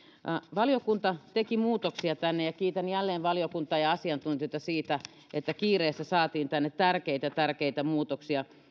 valiokunta teki muutoksia tänne ja kiitän jälleen valiokuntaa ja asiantuntijoita siitä että kiireessä saatiin tänne tärkeitä tärkeitä muutoksia